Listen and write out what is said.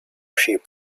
ship